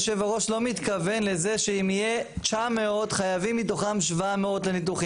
יושב הראש לא מתכוון לזה שאם יהיה 900 חייבים מתוכם 700 לניתוחים,